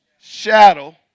shadow